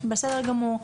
נכון, בסדר גמור.